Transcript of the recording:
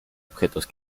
objetos